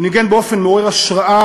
הוא ניגן באופן מעורר השראה,